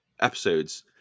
episodes